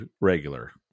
regular